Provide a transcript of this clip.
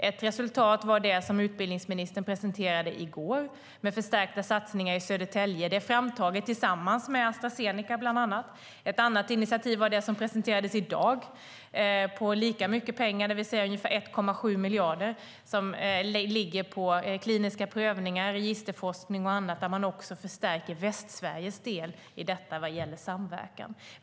Ett resultat var det som utbildningsministern presenterade i går med förstärkta satsningar i Södertälje. Det är framtaget tillsammans med Astra Zeneca, bland annat. Ett annat initiativ var det som presenterades i dag på lika mycket pengar, det vill säga ungefär 1,7 miljarder, som läggs på kliniska prövningar, registerforskning och annat där vi också förstärker Västsveriges del i detta vad gäller samverkan.